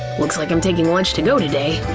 looks like i'm taking lunch to-go today.